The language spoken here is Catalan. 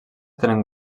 tenen